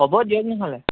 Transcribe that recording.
হ'ব দিয়ক ন'হলে